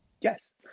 yes